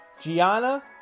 Gianna